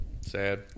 Sad